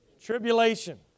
Tribulation